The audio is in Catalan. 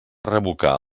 revocar